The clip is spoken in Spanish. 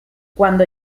cuando